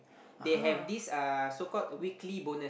they have this uh so called weekly bonus